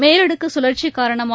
மேலடுக்குசுழற்சிகாரணமாக